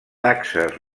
taxes